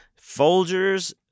Folgers